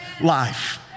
life